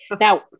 Now